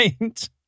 right